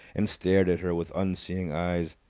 and stared at her with unseeing eyes.